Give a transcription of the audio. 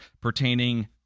pertaining